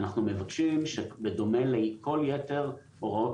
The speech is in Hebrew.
אנחנו מבקשים שבדומה לכל יתר הוראות